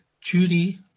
Judy